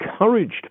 encouraged